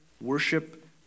worship